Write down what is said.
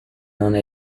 nona